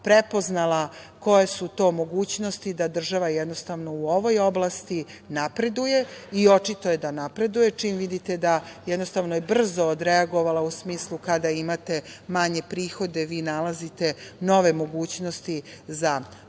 prepoznala koje su to mogućnosti da država jednostavno u ovoj oblasti napreduje. Očito je da napreduje čim vidite da je jednostavno brzo odreagovala u smislu kada imate manje prihode vi nalazite nove mogućnosti za nove